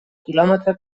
quilòmetre